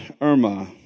Irma